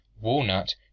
walnut